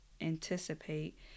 anticipate